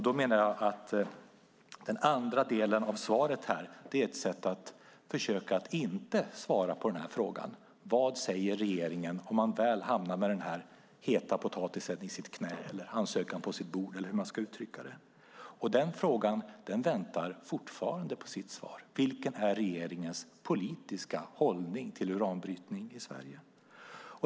Jag menar att den andra delen av svaret är ett sätt att försöka att inte svara på denna fråga: Vad säger regeringen om man hamnar med denna heta potatis i sitt knä, om man får denna ansökan på sitt bord, eller hur man ska uttrycka det? Den frågan väntar fortfarande på ett svar. Vilken är regeringens politiska hållning till uranbrytning i Sverige?